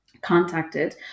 contacted